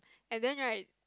and then right